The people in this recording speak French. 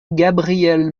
gabrielle